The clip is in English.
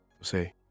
Say